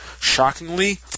shockingly